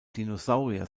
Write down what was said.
dinosaurier